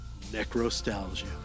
necrostalgia